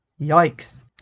yikes